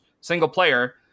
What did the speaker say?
single-player